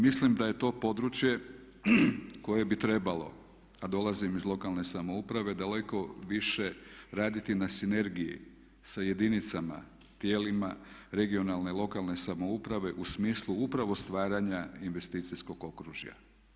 Mislim da je to područje koje bi trebalo, a dolazim iz lokalne samouprave, daleko više raditi na sinergiji sa jedinicama, tijelima regionalne, lokalne samouprave u smislu upravo stvaranja investicijskog okružja.